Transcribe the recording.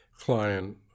client